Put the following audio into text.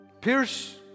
Pierce